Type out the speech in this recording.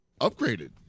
upgraded